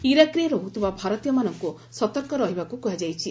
ଇରାକରେ ରହୁଥିବା ଭାରତୀୟମାନଙ୍କୁ ସତର୍କ ରହିବାକୁ କୁହାଯାଇଛି